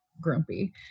grumpy